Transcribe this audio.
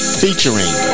featuring